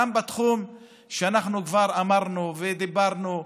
גם בתחום שאנחנו כבר אמרנו ודיברנו,